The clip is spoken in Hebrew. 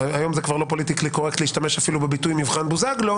היום זה כבר לא פוליטיקלי קורקט להשתמש אפילו בביטוי מבחן בוזגלו,